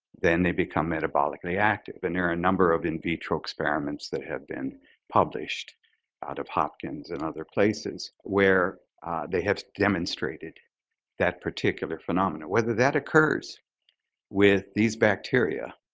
then they'd become metabolically active. and there are a number of in-vitro experiments that have been published out of hopkins and other places where they have demonstrated that particular phenomenon. whether that occurs with these bacteria,